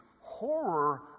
horror